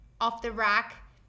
off-the-rack